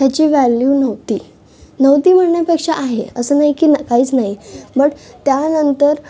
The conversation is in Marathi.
ह्याची व्हॅल्यू नव्हती नव्हती म्हणण्यापेक्षा आहे असं नाही की काहीच नाही बट त्यानंतर